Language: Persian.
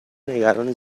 نگران